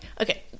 Okay